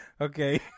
Okay